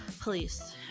police